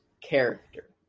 character